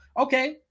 okay